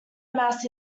mass